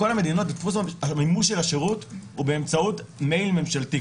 בכל המדינות הדפוס של מימוש השירות הוא באמצעות מייל ממשלתי.